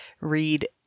read